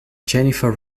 jennifer